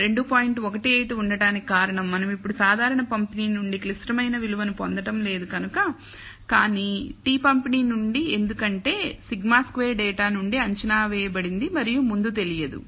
18 ఉండటానికి కారణం మనం ఇప్పుడు సాధారణ పంపిణీ నుండి క్లిష్టమైన విలువను పొందడం లేదు కనుక కానీ t పంపిణీ నుండి ఎందుకంటే σ2 డేటా నుండి అంచనా వేయబడింది మరియు ముందు తెలియదు